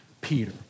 Peter